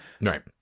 Right